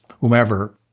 whomever